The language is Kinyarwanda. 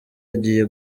agiye